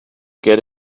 get